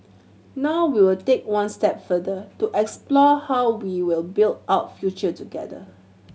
now we will take one step further to explore how we will build out future together